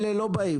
אלה לא באים.